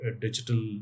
digital